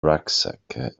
rucksack